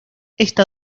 esta